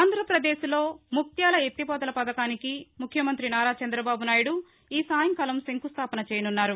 ఆంధ్రపదేశ్లో ముక్త్యాల ఎత్తిపోతల పథకానికి ముఖ్యమంత్రి నారా చంద్రబాబు నాయుడు ఈ సాయంకాలం శంకుస్టాపన చేయనున్నారు